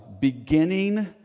beginning